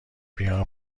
بیا